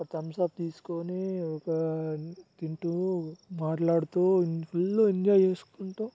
ఒక థమ్స్అప్ తీసుకొని ఒక తింటూ మాట్లాడుతూ ఫుల్ ఎంజాయ్ చేసుకుంటూ